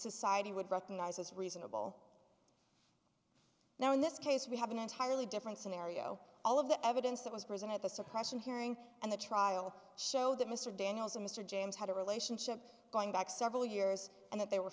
society would recognize as reasonable now in this case we have an entirely different scenario all of the evidence that was presented at the suppression hearing and the trial showed that mr daniels and mr james had a relationship going back several years and that they were